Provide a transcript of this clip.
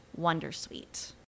wondersuite